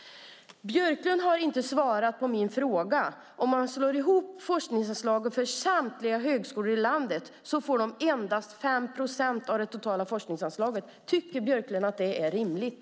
Björklund har inte svarat på min fråga. Om forskningsanslagen slås ihop för samtliga högskolor i landet blir det endast 5 procent av det totala forskningsanslaget. Tycker Björklund att det är rimligt?